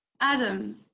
Adam